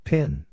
Pin